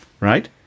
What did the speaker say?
right